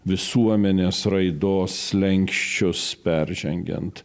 visuomenės raidos slenksčius peržengiant